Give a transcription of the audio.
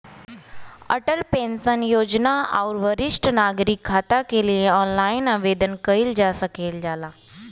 Atal pension योजना आउर वरिष्ठ नागरिक खाता के लिए ऑनलाइन आवेदन कइल जा सकल जाला